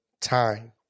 time